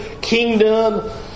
kingdom